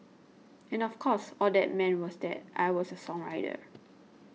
and of course all that meant was that I was a songwriter